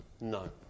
No